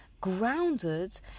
grounded